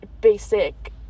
basic